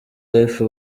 life